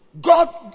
God